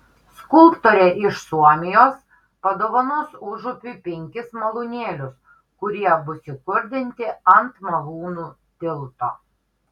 skulptorė iš suomijos padovanos užupiui penkis malūnėlius kurie bus įkurdinti ant malūnų tilto